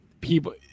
people